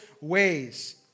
ways